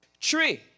tree